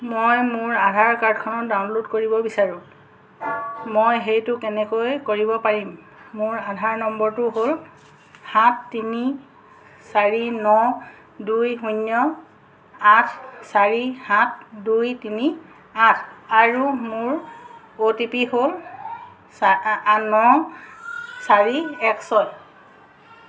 মই মোৰ আধাৰ কাৰ্ডখন ডাউনল'ড কৰিব বিচাৰোঁ মই সেইটো কেনেকৈ কৰিব পাৰিম মোৰ আধাৰ নম্বৰটো হ'ল সাত তিনি চাৰি ন দুই শূন্য আঠ চাৰি সাত দুই তিনি আঠ আৰু মোৰ অ' টি পি হ'ল চাআ ন চাৰি এক ছয়